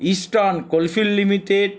eastern coal field limited